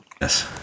Yes